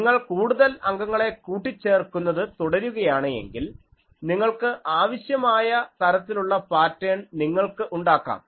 നിങ്ങൾ കൂടുതൽ അംഗങ്ങളെ കൂട്ടിച്ചേർക്കുന്നത് തുടരുകയാണെങ്കിൽ നിങ്ങൾക്ക് ആവശ്യമായ തരത്തിലുള്ള പാറ്റേൺ നിങ്ങൾക്ക് ഉണ്ടാക്കാം